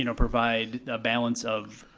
you know provide a balance of,